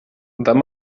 wenn